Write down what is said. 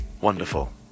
Wonderful